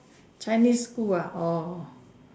Chinese school ah oh